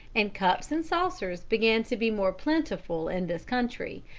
and cups and saucers began to be more plentiful in this country,